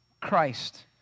Christ